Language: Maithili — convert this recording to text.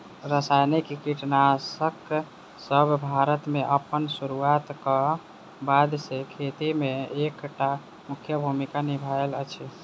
रासायनिक कीटनासकसब भारत मे अप्पन सुरुआत क बाद सँ खेती मे एक टा मुख्य भूमिका निभायल अछि